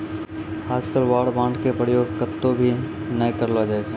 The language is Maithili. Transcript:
आजकल वार बांड के प्रयोग कत्तौ त भी नय करलो जाय छै